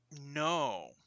no